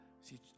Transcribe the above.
See